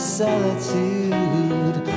solitude